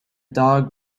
dog